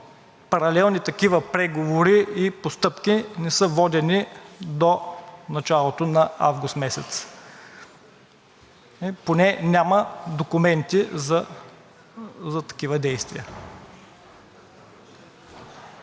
паралелни такива преговори и постъпки не са водени до началото на месец август, поне няма документи за такива действия.